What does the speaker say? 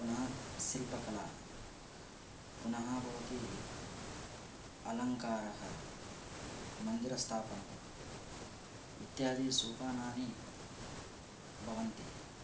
पुनः शिल्प कला पुनः भवति अलङ्कारः मन्दिरस्थापनं इत्यादि सोपानानि भवन्ति